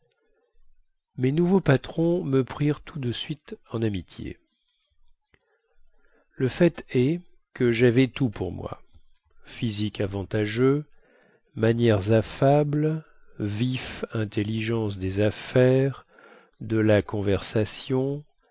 mes nouveaux patrons me prirent tout de suite en amitié le fait est que javais tout pour moi physique avantageux manières affables vive intelligence des affaires de la conversation